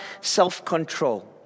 self-control